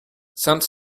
sainte